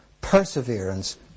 perseverance